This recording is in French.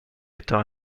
étant